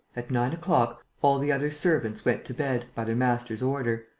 at nine o'clock, all the other servants went to bed, by their master's order.